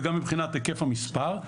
וגם מבחינת היקף המספר,